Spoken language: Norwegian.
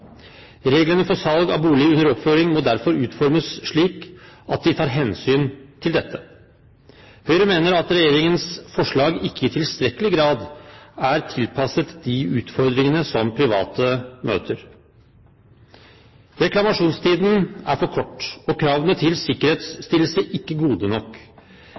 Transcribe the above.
Reglene for salg av bolig under oppføring må derfor utformes slik at de tar hensyn til dette. Høyre mener at regjeringens forslag ikke i tilstrekkelig grad er tilpasset de utfordringene som private møter. Reklamasjonstiden er for kort og kravene til sikkerhetsstillelse ikke gode nok.